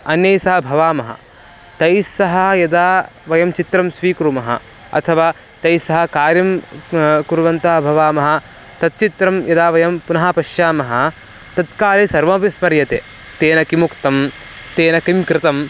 अन्यैः सह भवामः तैः सह यदा वयं चित्रं स्वीकुर्मः अथवा तैः सह कार्यं कुर्वन्तः भवामः तच्चित्रं यदा वयं पुनः पश्यामः तत्काले सर्वमपि स्मर्यते तेन किमुक्तं तेन किं कृतं